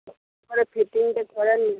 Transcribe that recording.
ভালো ফিটিংটা করান নি তো